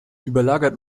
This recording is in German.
überlagert